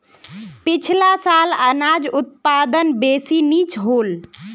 पिछला साल अनाज उत्पादन बेसि नी होल